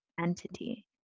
entity